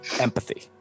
empathy